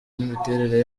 n’imiterere